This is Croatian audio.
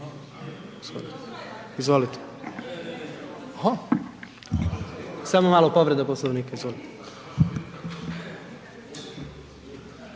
izvolite? Samo malo povreda Poslovnika.